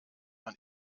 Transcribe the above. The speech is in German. man